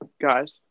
guys